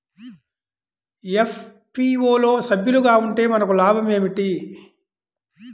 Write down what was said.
FPO లో సభ్యులుగా ఉంటే మనకు లాభం ఏమిటి?